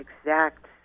exact